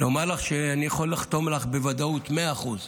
לומר שאני יכול לחתום בוודאות, במאה אחוז,